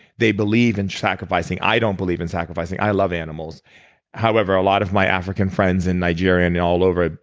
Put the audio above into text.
they believe in sacrificing. i don't believe in sacrificing. i love animals however, a lot of my african friends in nigeria and all over,